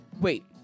wait